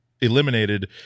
eliminated